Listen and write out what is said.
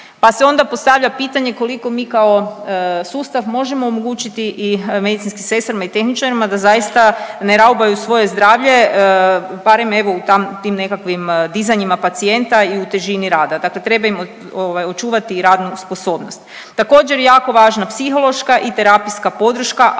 Pa se onda postavlja pitanje koliko mi kao sustav možemo omogućiti i medicinskim sestrama i tehničarima da zaista ne raubaju svoje zdravlje barem evo u tam, tim nekakvim dizanjima pacijenta i u težini rada. Dakle, treba im ovaj očuvati i radnu sposobnost. Također je jako važna psihološka i terapijska podrška,